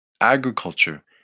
Agriculture